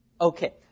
Okay